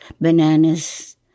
bananas